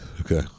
Okay